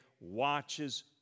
watches